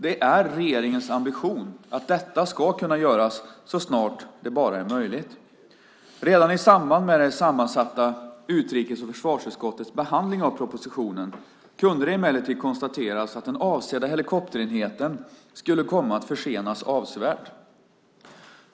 Det är regeringens ambition att detta ska kunna göras så snart det bara är möjligt. Redan i samband med det sammansatta utrikes och försvarsutskottets behandling av propositionen, kunde det emellertid konstateras att den avsedda helikopterenheten skulle komma att försenas avsevärt.